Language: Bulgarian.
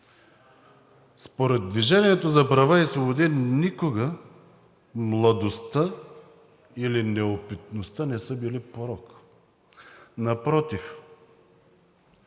Според „Движението за права и свободи“ никога младостта или неопитността не са били порок.